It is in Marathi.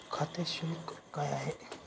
खाते शुल्क काय आहे?